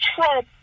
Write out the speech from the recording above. Trump